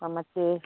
ಹಾಂ ಮತ್ತೆ